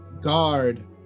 guard